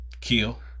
Kill